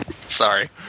Sorry